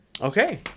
Okay